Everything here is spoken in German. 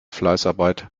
fleißarbeit